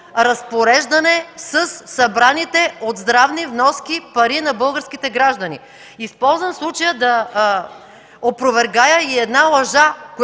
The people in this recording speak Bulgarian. разпореждане със събраните от здравни вноски пари на българските граждани. Използвам случая, за да опровергая и една лъжа,